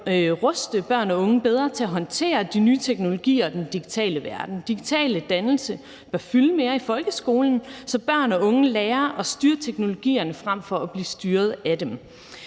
ruste børn og unge bedre til at håndtere de nye teknologier og den digitale verden. Digital dannelse bør fylde mere i folkeskolen, så børn og unge lærer at styre teknologierne frem for at blive styret af dem.